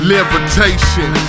Levitation